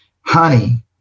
honey